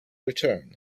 return